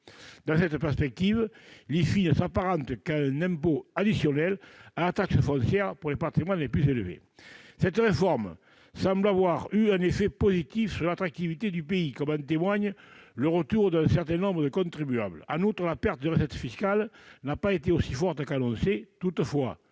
Dans cette perspective, l'IFI ne s'apparente qu'à un impôt additionnel à la taxe foncière pour les patrimoines les plus élevés. Cette réforme semble avoir eu un effet positif sur l'attractivité du pays, comme en témoigne le retour d'un certain nombre de contribuables. En outre, la perte de recettes fiscales n'a pas été aussi forte qu'annoncé. Toutefois,